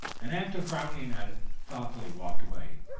and after frowning at it thoughtfully walked away.